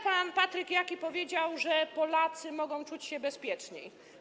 Pan Patryk Jaki powiedział, że Polacy mogą czuć się bezpieczniej.